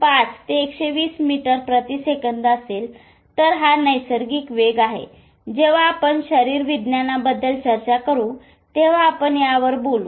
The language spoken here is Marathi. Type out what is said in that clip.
5 ते 120 मीटर प्रति सेकंद असेल तर हा नैसर्गिक वेग आहे जेव्हा आपण शरीरविज्ञानाबद्दल चर्चा करू तेव्हा आपण याबद्दल बोलू